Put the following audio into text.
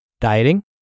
Dieting